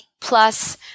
plus